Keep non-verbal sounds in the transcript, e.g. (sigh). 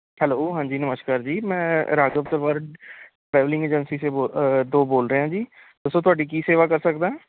hello ਹਾਂਜੀ ਨਮਸਕਾਰ ਜੀ ਮੈਂ ਰਾਗਵ (unintelligible) ਟਰੈਵਲਿੰਗ ਏਜੰਸੀ ਸੇ ਬੋਲ ਤੋਂ ਬੋਲ ਰਿਹਾ ਹਾਂ ਜੀ ਦੱਸੋ ਤੁਹਾਡੀ ਕੀ ਸੇਵਾ ਕਰ ਸਕਦਾ